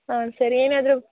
ಹಾಂ ಸರಿ ಏನಾದರು